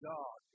God